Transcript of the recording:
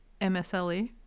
MSLE